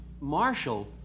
Marshall